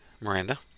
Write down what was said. Miranda